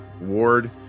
ward